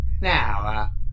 Now